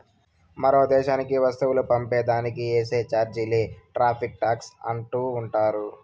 మరో దేశానికి వస్తువులు పంపే దానికి ఏసే చార్జీలే టార్రిఫ్ టాక్స్ అంటా ఉండారు